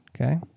Okay